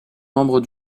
membres